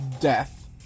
death